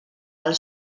del